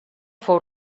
fou